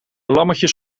lammetjes